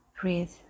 breathe